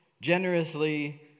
generously